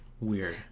weird